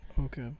Okay